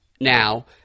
Now